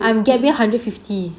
I am gap year hundred fifty